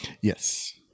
Yes